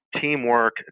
teamwork